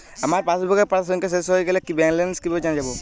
আমার পাসবুকের পাতা সংখ্যা শেষ হয়ে গেলে ব্যালেন্স কীভাবে জানব?